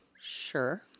Sure